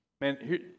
Man